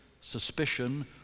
suspicion